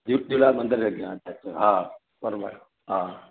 मंदिर जे अॻियां हा ॿुधायो हा